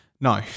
No